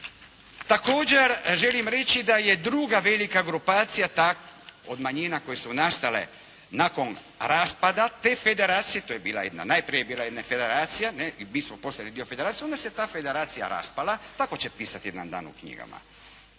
Također želim reći da je druga velika grupacija, od manjina koje su nastale nakon raspada, te federacije, to je bila jedna, najprije je bila jedna federacija, i mi smo posebni dio federacije, onda se ta federacija raspala, tako će pisati jedan dan u knjigama,